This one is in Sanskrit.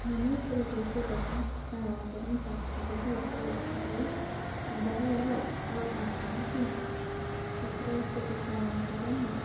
मम प्रदेशे दशमकक्षानन्तरं छात्रेभ्यः उच्चशिक्षायै बहवः अवकाशाः सन्ति तत्र उच्चशिक्षानन्तरं